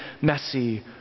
messy